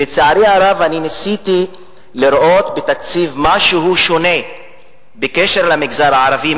ניסיתי לראות בתקציב משהו שונה בקשר למגזר הערבי.